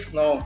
no